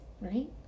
right